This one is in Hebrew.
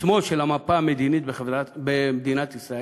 לשמאל של המפה המדינית במדינת ישראל,